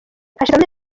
hashize